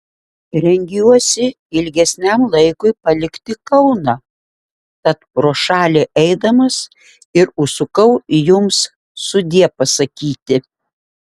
rengiuosi ilgesniam laikui palikti kauną tat pro šalį eidamas ir užsukau jums sudie pasakyti